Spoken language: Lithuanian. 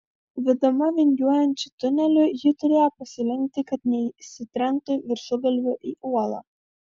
vedama vingiuojančiu tuneliu ji turėjo pasilenkti kad nesitrenktų viršugalviu į uolą